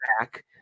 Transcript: back